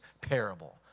parable